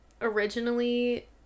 originally